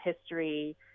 history